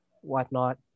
whatnot